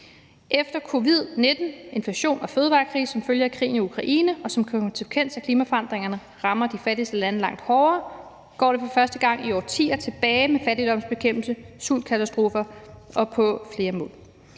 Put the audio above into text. Efter covid-19, inflation og fødevarekrise som følge af krigen i Ukraine, og som konsekvens af at klimaforandringerne rammer de fattigste lande langt hårdere, går det for første gang i årtier tilbage med fattigdomsbekæmpelse, bekæmpelse af sultkatastrofer og flere mål.